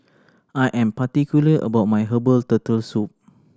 I am particular about my herbal Turtle Soup